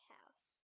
House